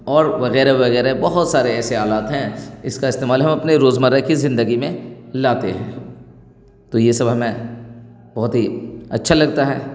اور وغیرہ وغیرہ بہت سارے ایسے آلات ہیں اس کا استعمال ہم اپنے روزمرہ کی زندگی میں لاتے ہیں تو یہ سب ہمیں بہت ہی اچھا لگتا ہے